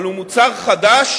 אבל הוא מוצר חדש